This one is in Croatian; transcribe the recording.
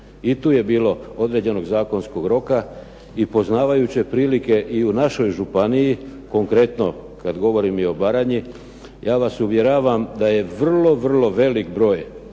I tu je bilo određenog zakonskog roka. I poznavajući prilike i u našoj županiji, konkretno kad govorim i o Baranji, ja vas uvjeravam da je vrlo vrlo velik broj